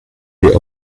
wir